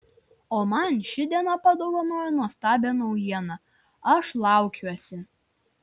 o man ši diena padovanojo nuostabią naujieną aš laukiuosi